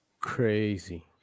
Crazy